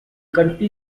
country